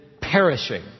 perishing